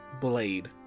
blade